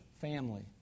family